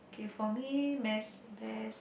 K for me mess best